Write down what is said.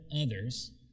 others